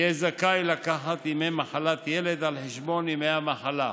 יהיה זכאי לקחת ימי מחלת ילד על חשבון ימי המחלה.